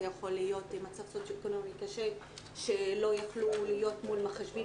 זה יכול להיות מצב סוציו-אקונומי קשה שלא יכלו להיות מול מחשבים